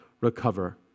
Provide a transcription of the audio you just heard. recover